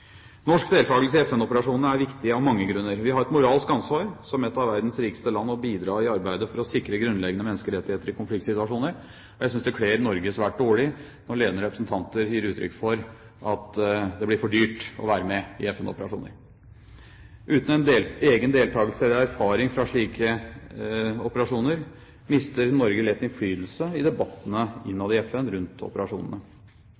Norsk deltakelse i FN-operasjonene er viktige av mange grunner. Vi har et moralsk ansvar som et av verdens rikeste land til å bidra i arbeidet for å sikre grunnleggende menneskerettigheter i konfliktsituasjoner. Jeg synes det kler Norge svært dårlig når ledende representanter gir uttrykk for at det blir for dyrt å være med i FN-operasjoner. Uten en egen deltakelse eller erfaring fra slike operasjoner mister Norge lett innflytelse i debattene